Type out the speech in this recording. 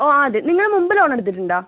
ഓ അത് നിങ്ങൾ മുമ്പ് ലോൺ എടുത്തിട്ടുണ്ടോ